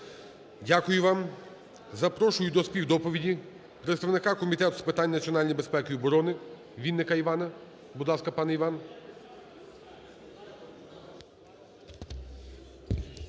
Дякую вам. Запрошую до співдоповіді представника Комітету з питань національної безпеки і оборони Вінника Івана. Будь ласка, пан Іван.